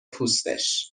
پوستش